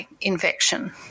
infection